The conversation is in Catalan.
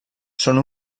són